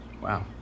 Wow